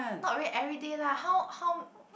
not really everyday lah how how